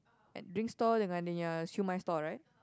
at drink stall dengan dia punya Siew-Mai stall right